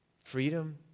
freedom